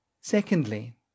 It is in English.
Secondly